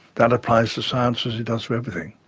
that applies to science as it does for everything.